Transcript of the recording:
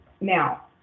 Now